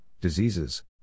diseases